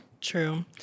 True